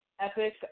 epic